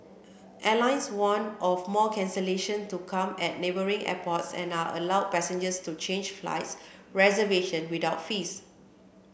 airlines warned of more cancellation to come at neighbouring airports and are allowed passengers to change flight reservation without fees